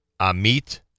Amit